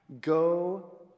go